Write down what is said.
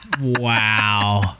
Wow